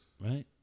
Right